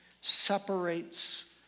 separates